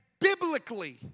biblically